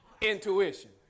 Intuition